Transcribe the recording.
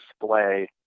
display